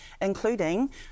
including